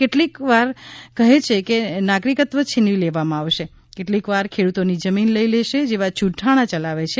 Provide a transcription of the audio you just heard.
કેટલીકવાર કહે છે કે નાગરિકત્વ છીનવી લેવામાં આવશે કેટલીકવાર ખેડૂતોની જમીન લઈ લેશે જેવાં જૂકાણા યલાવે છે